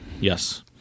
Yes